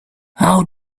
how